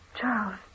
Charles